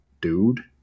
dude